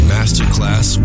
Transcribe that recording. Masterclass